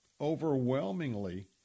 overwhelmingly